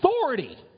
authority